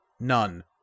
None